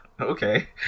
Okay